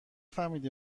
فهمیدی